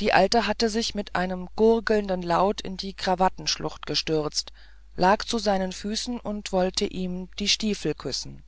die alte hatte sich mit einem gurgelnden laut in die krawattenschlucht gestürzt lag zu seinen füßen und wollte ihm die stiefel küssen